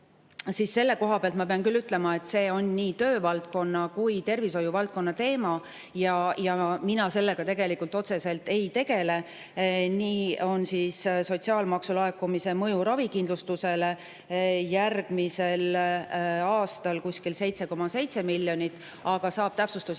siis selle koha pealt ma pean küll ütlema, et see on nii töövaldkonna kui ka tervishoiuvaldkonna teema ja mina sellega tegelikult otseselt ei tegele. Nii on sotsiaalmaksu laekumise mõju ravikindlustusele järgmisel aastal umbes 7,7 miljonit, aga terviseministri